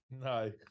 No